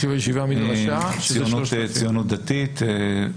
ציונות דתית,